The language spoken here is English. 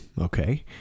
Okay